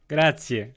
Grazie